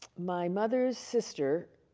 my mother's sister,